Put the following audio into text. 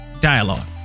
dialogue